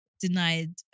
denied